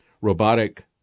robotic